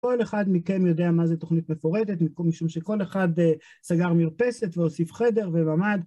כל אחד מכם יודע מה זו תוכנית מפורטת משום שכל אחד סגר מרפסת והוסיף חדר וממ"ד.